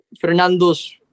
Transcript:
Fernando's